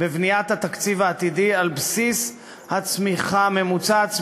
בבניית התקציב העתידי על בסיס הצמיחה הממוצעת,